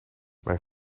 mijn